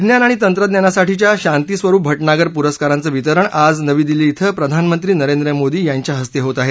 विज्ञान आणि तंत्रज्ञानासाठीच्या शांती स्वरूप भटनागर पुरस्कारांचं वितरण आज नवी दिल्ली इथं प्रधानमंत्री नरेंद्र मोदी यांच्या हस्ते होत आहे